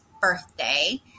birthday